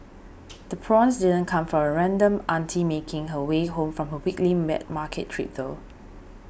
the prawns didn't come from a random auntie making her way home from her weekly wet market trip though